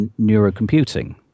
neurocomputing